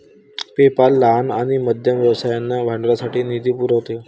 PayPal लहान आणि मध्यम व्यवसायांना भांडवलासाठी निधी पुरवते